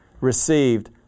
received